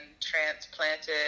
transplanted